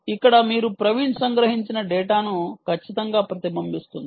ఇక్కడ మీరు ప్రవీణ్ సంగ్రహించిన డేటాను ఖచ్చితంగా ప్రతిబింబిస్తుంది